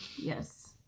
Yes